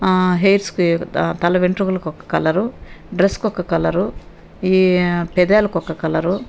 హెయిర్స్కి తా తలవెంట్రుకులకు ఒక కలరు డ్రస్కు ఒక కలరు ఈ పెదాలకు ఒక కలరు